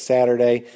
Saturday